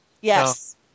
Yes